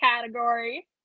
category